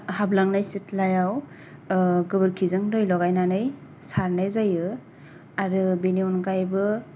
हा हाबलांनाय सिथ्लाआव गोबोरखिजों दै लगायनै सारनाय जायो आरो बेनि अनगायैबो